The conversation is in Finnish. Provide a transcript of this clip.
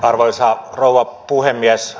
arvoisa rouva puhemies